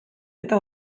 eta